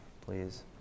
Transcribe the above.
please